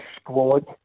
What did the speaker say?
squad